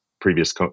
previous